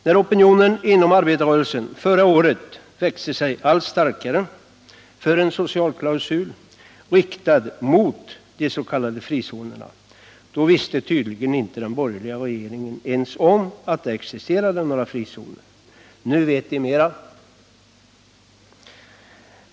När opinionen inom arbetarrörelsen förra året växte sig allt starkare för en socialklausul riktad mot de s.k. frizonerna, visste den borgerliga regeringen tydligen inte om att sådana zoner existerade. Nu vet den mer.